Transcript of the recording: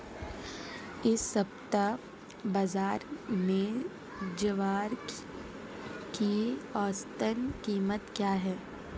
इस सप्ताह बाज़ार में ज्वार की औसतन कीमत क्या रहेगी?